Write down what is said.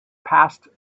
passed